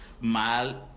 mal